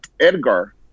Edgar